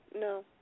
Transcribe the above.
no